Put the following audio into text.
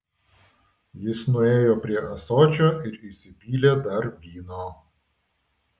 jis nuėjo prie ąsočio ir įsipylė dar vyno